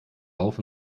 rauf